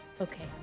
Okay